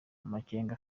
amakenga